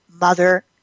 Mother